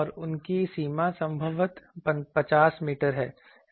और उनकी सीमा संभवतः 50 मीटर है